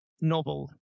novel